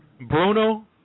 Bruno